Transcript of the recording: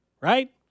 right